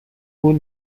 پول